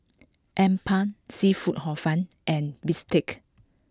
Appam Seafood Hor Fun and Bistake